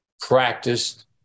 practiced